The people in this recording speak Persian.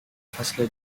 فصل